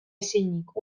ezinik